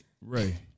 Ray